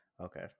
Okay